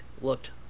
looked